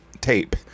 tape